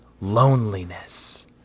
Loneliness